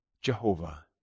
Jehovah